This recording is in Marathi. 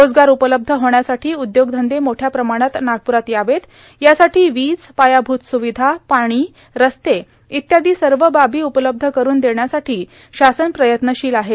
रोजगार उपलब्ध होण्यासाठी उदयोग धंदे मोठ्या प्रमाणात नागप्रात यावेत यासाठी वीज पायाभूत र्स्रावधा पाणी रस्ते इत्यादों सव बाबी उपलब्ध करून देण्यासाठों शासन प्रयत्नशील आहे